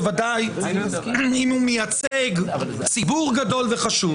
ודאי אם הוא מייצג ציבור גדול וחשוב.